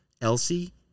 Elsie